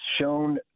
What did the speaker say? shown